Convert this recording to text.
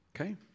Okay